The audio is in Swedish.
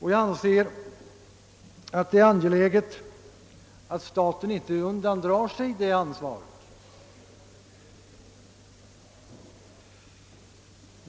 och jag anser det angeläget att staten inte undandrar sig det ansvaret.